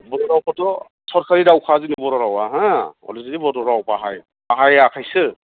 बर' रावखौथ' सरकारि रावखा जोंनि बर' रावआ हो अलरेदि बर' राव बाहाय बाहायाखैसो